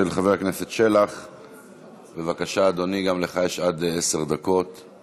החינוך, ובהם מינהל חברה ונוער, קידום